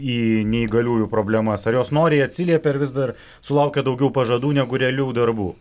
į neįgaliųjų problemas ar jos noriai atsiliepia ar vis dar sulaukia daugiau pažadų negu realių darbų